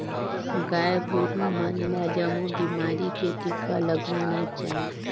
गाय गोरु मन ल जमो बेमारी के टिका लगवाना चाही